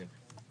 כן.